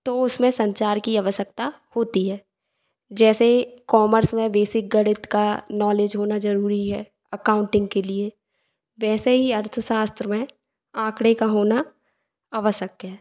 तो उसमें संचार की आवश्यकता होती है जैसे कॉमर्स में बेसिक गणित का नॉलेज होना ज़रूरी है अकाउंटिंग के लिए वैसे ही अर्थशास्त्र में आँकड़े का होना आवश्यक है